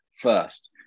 first